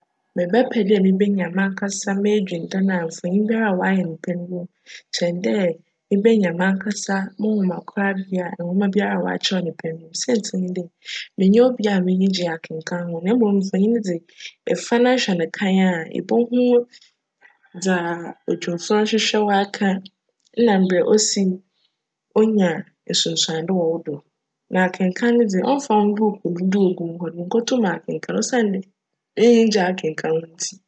Mebjpj dj mebenya mankasa m'edwin dan a mfonyin biara a wcayj no pjn bcwc mu kyjn dj mebenya mankasa mo nwoma korabea a nwoma biara wcakyerj no pjn no wc mu siantsir nye dj, mennyj obi a m'enyi gye akenkan ho na mbom mfonyin dze, efa na ehwj no kae a, ibohu dza odwimfo no rohwehwj aka nna mbrj osi nya nsunsuando wc wo do na akenkan dze cmmfa ho buukuu dodow a ogu hc no, munnkotum akenkan osiandj m'ennyi nngye akenkan ho ntsi.